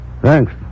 Thanks